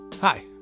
Hi